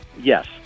Yes